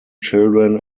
children